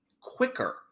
quicker